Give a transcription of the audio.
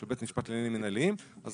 של בית משפט לעניינים מנהליים אנחנו